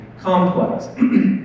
complex